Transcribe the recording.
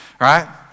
right